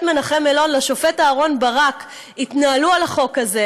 מנחם אלון לשופט אהרן ברק התנהלו על החוק הזה,